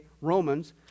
Romans